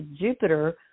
Jupiter